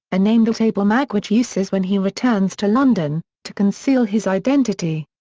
a name that abel magwitch uses when he returns to london, to conceal his identity.